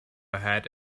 ahead